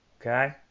okay